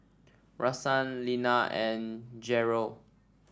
Rashaan Lena and Gerold